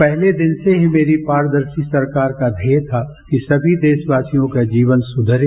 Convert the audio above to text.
पहले दिन से ही मेरी पारदर्शी सरकार का ध्येय था कि सभी देशवासियों का जीवन सुधरे